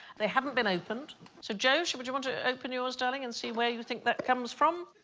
they haven't been opened so josh, would you want to open yours darling and see where you think that comes from?